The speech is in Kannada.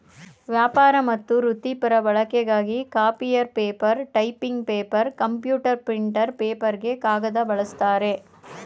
ವ್ಯಾಪಾರ ಮತ್ತು ವೃತ್ತಿಪರ ಬಳಕೆಗಾಗಿ copier paper typing paper computer printer ಪೇಪರ್ಗೆ ಕಾಗದ ಬಳಸ್ತಾರೆ